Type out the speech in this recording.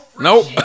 Nope